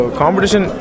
competition